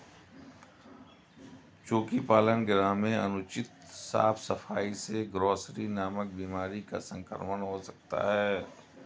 चोकी पालन गृह में अनुचित साफ सफाई से ग्रॉसरी नामक बीमारी का संक्रमण हो सकता है